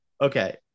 okay